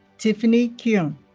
tiffany keown